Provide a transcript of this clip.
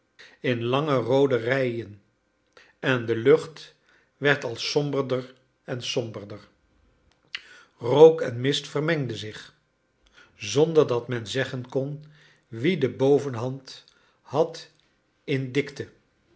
in lange roode rijen en de lucht werd al somberder en somberder rook en mist vermengden zich zonder dat men zeggen kon wie de bovenhand had in dikte